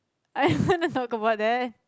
I don't want to talk about that